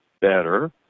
better